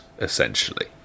Essentially